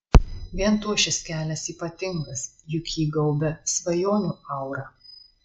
vien tuo šis kelias ypatingas juk jį gaubia svajonių aura